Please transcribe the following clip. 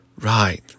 Right